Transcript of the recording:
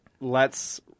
lets